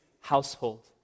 household